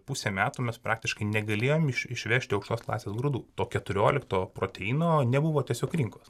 pusę metų mes praktiškai negalėjom iš išvežti aukštos klasės grūdų to keturiolikto proteino nebuvo tiesiog rinkos